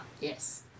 Yes